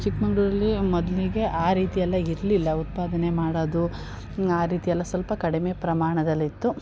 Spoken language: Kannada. ಚಿಕ್ಕಮಂಗ್ಳೂರಲ್ಲಿ ಮೊದಲಿಗೆ ಆ ರೀತಿ ಎಲ್ಲ ಇರಲಿಲ್ಲ ಉತ್ಪಾದನೆ ಮಾಡೋದು ಆ ರೀತಿಯೆಲ್ಲ ಸಲ್ಪ ಕಡಿಮೆ ಪ್ರಮಾಣದಲ್ಲಿತ್ತು